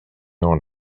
own